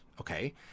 okay